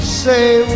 say